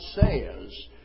says